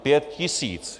Pět tisíc.